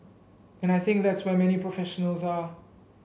and I think that's where many professionals are